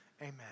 amen